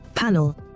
Panel